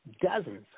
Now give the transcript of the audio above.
dozens